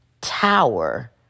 tower